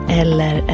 eller